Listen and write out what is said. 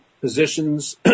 positions